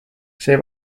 see